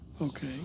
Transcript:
okay